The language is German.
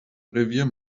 revier